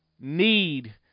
need